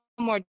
more